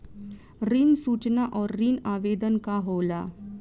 ऋण सूचना और ऋण आवेदन का होला?